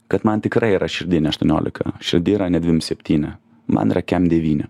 kad man tikrai yra širdy ne aštuoniolika širdy yra ne dvim septyni man yra kem devyni